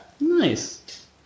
Nice